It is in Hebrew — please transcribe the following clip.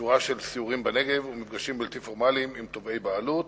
שורה של סיורים בנגב ומפגשים בלתי פורמליים עם תובעי בעלות.